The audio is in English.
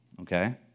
okay